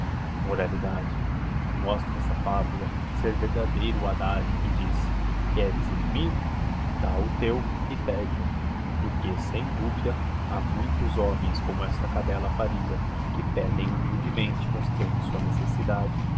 dentadas mostra esta fabula ser verdadeiro o adagio que diz queres inimigo dá o teu e pede-o porque sem dúvida lia muitos homens como esta cadella parida que pedem humildemente mostrando sua necessidade